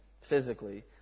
physically